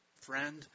Friend